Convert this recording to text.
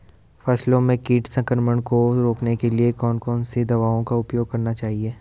फसलों में कीट संक्रमण को रोकने के लिए कौन कौन सी दवाओं का उपयोग करना चाहिए?